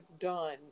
done